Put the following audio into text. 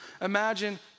Imagine